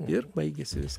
ir baigėsi vis